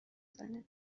زنه